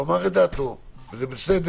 הוא אמר את דעתו, וזה בסדר.